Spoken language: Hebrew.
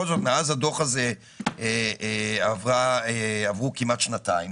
מאז הדוח הזה עברו כמעט שנתיים